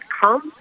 come